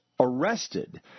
arrested